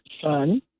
son